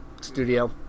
studio